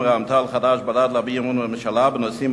ורע"ם-תע"ל חד"ש בל"ד להביע אי-אמון בממשלה בנושאים,